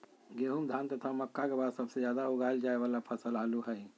गेहूं, धान तथा मक्का के बाद सबसे ज्यादा उगाल जाय वाला फसल आलू हइ